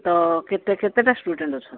ତ କେତେ କେତେଟା ଷ୍ଟୁଡେଣ୍ଟ ଅଛନ୍ତି